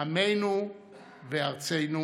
עמנו בארצנו,